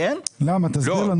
תסביר.